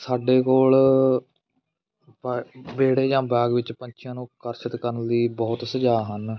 ਸਾਡੇ ਕੋਲ ਵ ਵਿਹੜੇ ਜਾਂ ਬਾਗ ਵਿੱਚ ਪੰਛੀਆਂ ਨੂੰ ਅਕਰਸ਼ਿਤ ਕਰਨ ਲਈ ਬਹੁਤ ਸੁਝਾਅ ਹਨ